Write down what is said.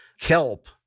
kelp